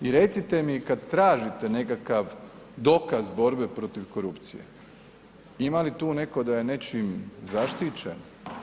I recite mi kad tražite nekakav dokaz borbe protiv korupcije, ima li tu netko da je nečim zaštićen?